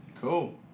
cool